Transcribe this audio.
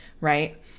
right